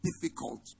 difficult